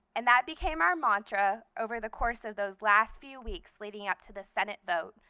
and that became our mantra over the course of those last few weeks leading up to the senate vote,